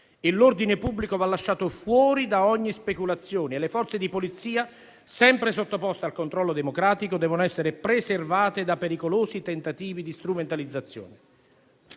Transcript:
L'ordine pubblico va lasciato fuori da ogni speculazione e le Forze di polizia, sempre sottoposte al controllo democratico, devono essere preservate da pericolosi tentativi di strumentalizzazione.